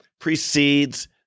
precedes